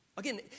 Again